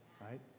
right